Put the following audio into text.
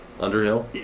Underhill